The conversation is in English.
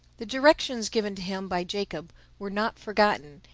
the directions given to him by jacob were not forgotten,